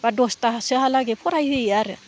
बा दसथासोहालागै फरायहोयो आरो